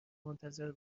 منتظر